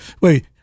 Wait